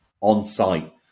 on-site